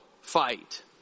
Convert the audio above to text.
fight